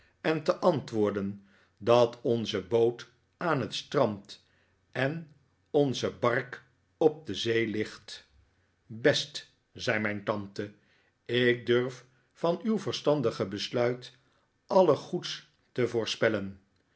en te antwoorden dat onze boot aan het strand en onze bark op de zee ligt best zei mijn tante ik durf van uw verstandige besluit alles goeds te voorspellen